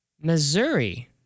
Missouri